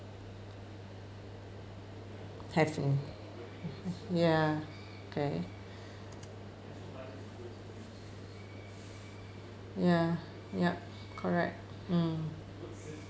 have in ya okay ya yup correct mm